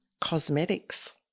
cosmetics